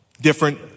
different